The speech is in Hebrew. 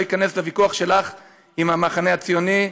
לא איכנס לוויכוח שלך עם המחנה הציוני.